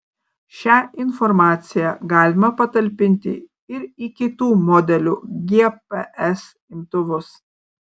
šią informaciją galima patalpinti ir į kitų modelių gps imtuvus